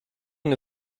une